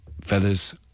feathers